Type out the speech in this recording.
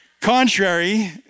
Contrary